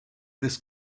this